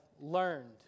learned